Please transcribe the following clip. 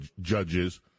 judges